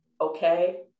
okay